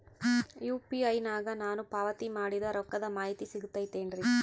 UPI ನಾಗ ನಾನು ಪಾವತಿ ಮಾಡಿದ ರೊಕ್ಕದ ಮಾಹಿತಿ ಸಿಗುತೈತೇನ್ರಿ?